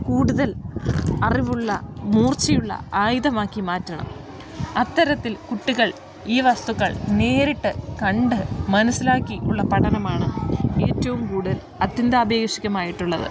കൂടുതൽ അറിവുള്ള മൂർച്ചയുള്ള ആയുധമാക്കി മാറ്റണം അത്തരത്തിൽ കുട്ടികൾ ഈ വസ്തുക്കൾ നേരിട്ട് കണ്ട് മനസ്സിലാക്കി ഉള്ള പഠനമാണ് ഏറ്റോം കൂടുതൽ അത്യന്താപേക്ഷികമായിട്ടുള്ളത്